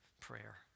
prayer